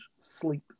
sleep